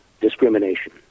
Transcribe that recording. discrimination